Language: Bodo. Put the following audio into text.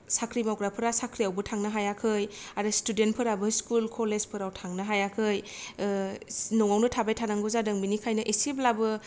साख्रि मावग्राफोरा साख्रिआवबो थांनो हायाखै आरो स्टुदेन्तफोराबो स्कुल कलेजफोराव थांनो हायाखै ओ नआवनो थाबाय थानांगौ जादों बेनिखायनो एसेब्लाबो